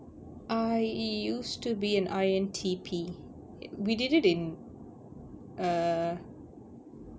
I used to be an I_N_T_P we did it in err